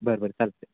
बरं बरं चालत आहे